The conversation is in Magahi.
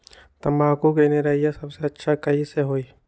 तम्बाकू के निरैया सबसे अच्छा कई से होई?